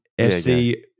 FC